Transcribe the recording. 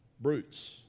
brutes